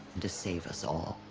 to save us all.